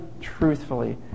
truthfully